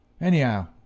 Anyhow